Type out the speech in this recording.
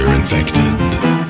Infected